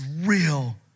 real